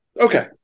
Okay